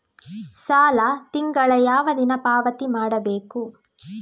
ಸಾಲ ತಿಂಗಳ ಯಾವ ದಿನ ಪಾವತಿ ಮಾಡಬೇಕು?